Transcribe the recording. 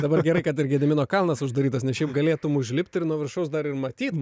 dabar gerai kad gedimino kalnas uždarytas nes šiaip galėtum užlipt ir nuo viršaus dar ir matyt